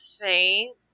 faint